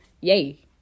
yay